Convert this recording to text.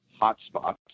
hotspots